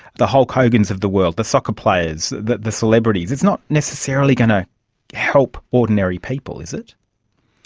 the hulk hogans of the world, the soccer players, the the celebrities. it's not necessarily going to help ordinary people, is it?